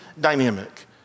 dynamic